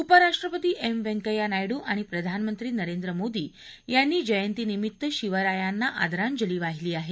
उप राष्ट्रपती एम व्यंकय्या नायडु आणि प्रधानमंत्री नरेंद्र मोदी यांनी जयंतीनिमित्त शिवरायांना आदरांजली वाहिली आहे